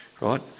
right